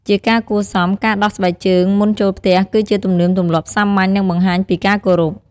ជាការគួរសម ការដោះស្បែកជើងមុនចូលផ្ទះគឺជាទំនៀមទម្លាប់សាមញ្ញ និងបង្ហាញពីការគោរព។